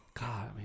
God